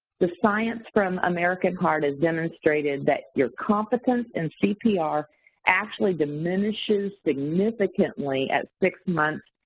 the science from american heart has demonstrated that your competence in cpr actually diminishes significantly at six months,